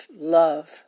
love